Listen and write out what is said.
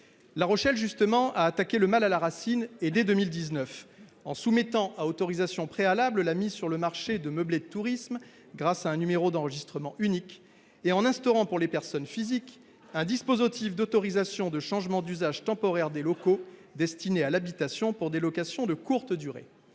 La Rochelle a attaqué le mal à la racine, et ce dès 2019, en soumettant à autorisation préalable la mise sur le marché de meublés de tourisme, grâce à un numéro d'enregistrement unique, et en instaurant, pour les personnes physiques, un dispositif d'autorisation de changement d'usage temporaire des locaux destinés à l'habitation pour des locations de courte durée.